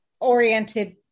oriented